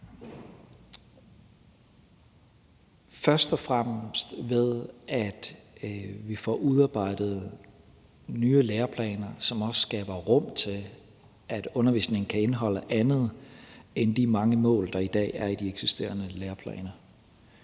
først og fremmest, ved at vi får udarbejdet nye læreplaner, som også skaber rum til, at undervisningen kan indeholde andet end de mange mål, der i dag er i de eksisterende læreplaner.